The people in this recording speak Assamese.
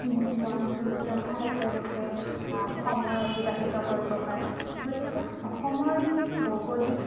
বনভোজ খাই তেওঁলোকে সময় অতিবাহিত কৰিব পাৰে গতিকে অসমৰ যি ভৌগোলিক